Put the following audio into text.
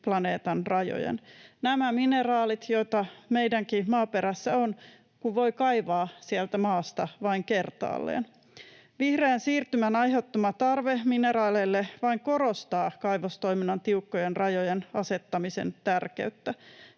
planeetan rajojen? Nämä mineraalit, joita meidänkin maaperässämme on, voi kaivaa sieltä maasta vain kertaalleen. Vihreän siirtymän aiheuttama tarve mineraaleille vain korostaa kaivostoiminnan tiukkojen rajojen asettamisen tärkeyttä,